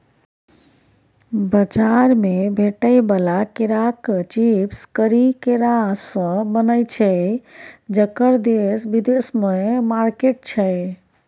बजार मे भेटै बला केराक चिप्स करी केरासँ बनय छै जकर देश बिदेशमे मार्केट छै